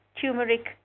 Turmeric